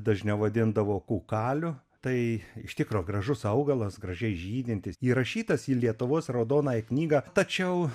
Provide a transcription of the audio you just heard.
dažniau vadindavo kūkaliu tai iš tikro gražus augalas gražiai žydintis įrašytas į lietuvos raudonąją knygą tačiau